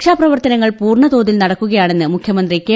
രക്ഷാപ്രവർത്തനങ്ങൾ പൂർണതോതിൽ നടക്കുകയാണെന്ന് മുഖ്യമന്ത്രി കെ